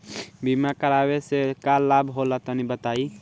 बीमा करावे से का लाभ होला तनि बताई?